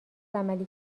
عملی